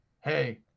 hey